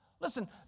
Listen